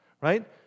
right